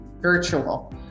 virtual